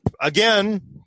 again